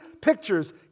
pictures